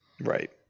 Right